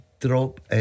drop